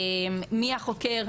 מי החוקר,